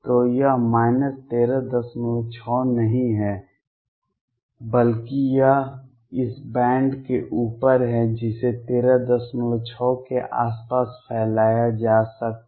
तो यह 136 नहीं है बल्कि यह इस बैंड के ऊपर है जिसे 136 के आसपास फैलाया जा सकता है